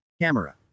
camera